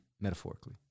Metaphorically